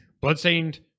Bloodstained